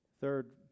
Third